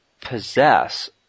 possess